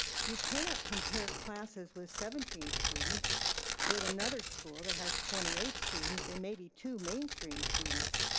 you cannot compare classes with seventeen students with another school that has twenty eight students and maybe two mainstream students.